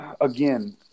again